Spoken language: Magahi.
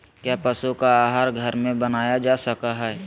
क्या पशु का आहार घर में बनाया जा सकय हैय?